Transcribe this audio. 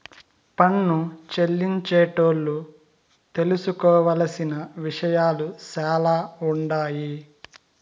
పన్ను చెల్లించేటోళ్లు తెలుసుకోవలసిన విషయాలు సాలా ఉండాయి